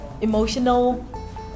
emotional